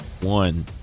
one